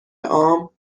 عام